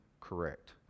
correct